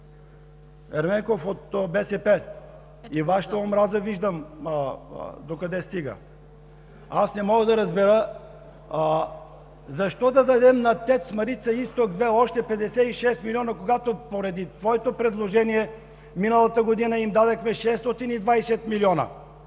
Ерменков от БСП, и Вашата омраза виждам докъде стига. Аз не мога да разбера защо да дадем на „ТЕЦ Марица изток 2“ още 56 милиона, когато поради Вашето предложение миналата година им дадохме 620 милиона